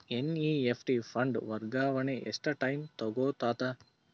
NEFT fund ವರ್ಗಾವಣೆ ಎಷ್ಟ time ತೋಗೊತದ?